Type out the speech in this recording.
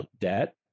debt